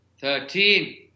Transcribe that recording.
thirteen